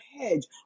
hedge